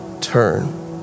turn